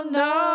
no